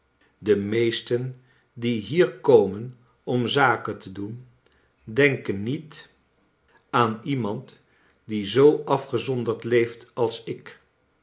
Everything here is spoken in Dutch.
de meesten die bier komen om zaken te doen denken niet aan iemand die zoo afgezonderd leeft als ik